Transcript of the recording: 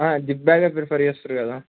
zip బ్యాగే prefer చేస్తారు కదా